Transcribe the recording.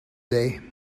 day